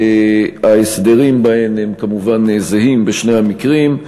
ההסדרים בהן הם כמובן זהים בשני המקרים,